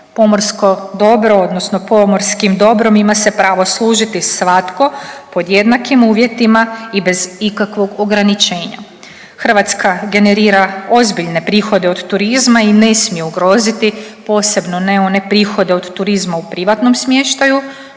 Pomorsko dobro odnosno pomorskim dobrom ima se pravo služiti svatko pod jednakim uvjetima i bez ikakvog ograničenja. Hrvatska generira ozbiljne prihode od turizma i ne smije ugroziti, posebno ne one prihode od turizma u privatnom smještaju.